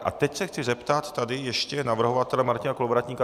A teď se chci zeptat tady ještě navrhovatele Martina Kolovratníka.